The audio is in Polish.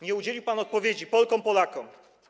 Nie udzielił pan odpowiedzi Polkom, Polakom.